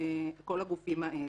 הגופים האלה.